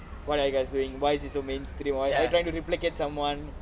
what are you guys wearing why is it so mainstream why are trying to replicate someone